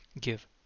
give